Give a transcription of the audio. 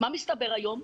מה מסתבר היום?